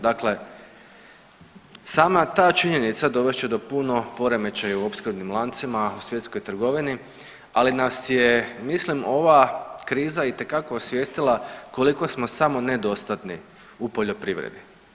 Dakle, sama ta činjenica dovest će do puno poremećaja u opskrbnim lancima u svjetskoj trgovini, ali nas je mislim ova kriza itekako osvijestila koliko smo samonedostatni u poljoprivredi.